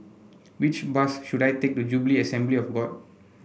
which bus should I take to Jubilee Assembly of God